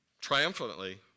triumphantly